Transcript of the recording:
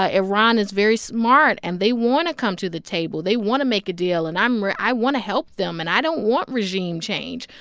ah iran is very smart, and they want to come to the table they want to make a deal, and i'm i want to help them, and i don't want regime change.